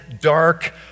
dark